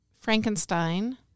Frankenstein